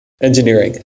engineering